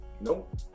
Nope